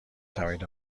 توانید